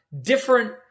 different